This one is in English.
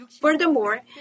Furthermore